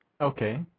Okay